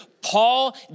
Paul